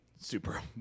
super